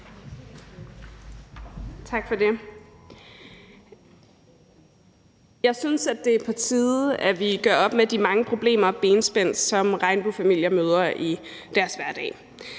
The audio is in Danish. Jeg synes, det er på tide, at vi gør op med de mange problemer og benspænd, som regnbuefamilier møder i deres hverdag.